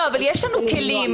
אבל יש לנו כלים.